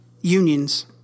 unions